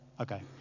Okay